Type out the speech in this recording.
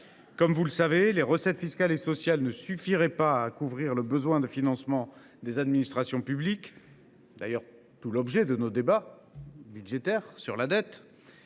Vous le savez, les recettes fiscales et sociales ne suffiraient pas à couvrir le besoin de financement des administrations publiques ; c’était d’ailleurs tout l’objet des débats sur la dette